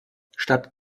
statt